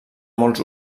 molts